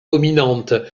dominante